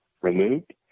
removed